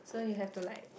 so you have to like